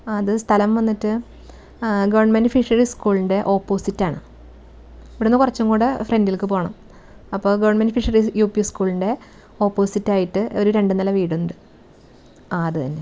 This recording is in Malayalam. അത് സ്ഥലം വന്നിട്ട് ആ ഗവൺമെന്റ് ഫിഷറീസ് സ്കൂളിന്റെ ഓപ്പോസിറ്റ് ആണ് ഇവിടുന്ന് കുറച്ചുംകൂടെ ഫ്രണ്ടിലേക്ക് പോണം അപ്പോൾ ഗവൺമെന്റ് ഫിഷറീസ് യു പി സ്കൂളിന്റെ ഓപ്പോസിറ്റായിട്ട് ഒരു രണ്ട് നില വീടുണ്ട് ആ അത് തന്നെ